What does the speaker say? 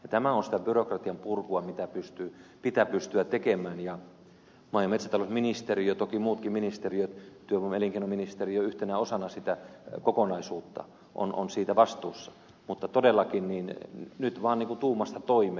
tämä on sitä byrokratian purkua mitä pitää pystyä tekemään ja maa ja metsätalousministeriö toki muutkin ministeriöt työvoima ja elinkeinoministeriö yhtenä osana sitä kokonaisuutta ovat siitä vastuussa mutta todellakin nyt vaan tuumasta toimeen